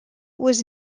was